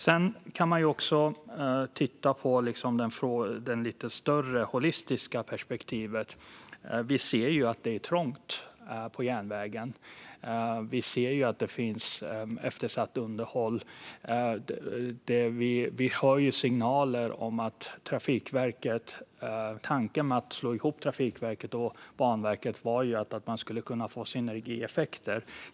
Det går också att se detta ur ett lite större, holistiskt perspektiv. Vi ser ju att det är trångt på järnvägen. Vi ser att det finns eftersatt underhåll. Tanken med att slå ihop Trafikverket och Banverket var ju att man skulle kunna få synergieffekter.